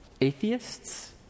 Atheists